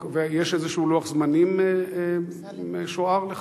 יש איזה לוח זמנים משוער לכך?